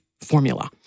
formula